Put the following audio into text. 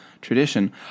tradition